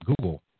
Google